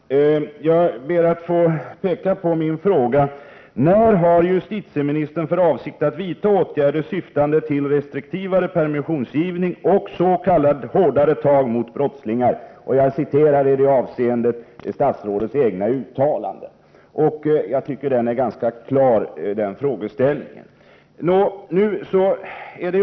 Herr talman! Jag ber att få upprepa min fråga: När har justitieministern för avsikt att vidta åtgärder syftande till restriktivare permissionsgivning och ”hårdare tag” mot brottslingar? Jag citerar i detta avseende statsrådets egna uttalanden. Jag tycker den frågeställningen är ganska klar.